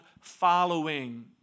following